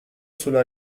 sulla